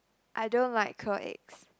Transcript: I don't like quail eggs